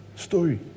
story